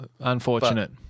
Unfortunate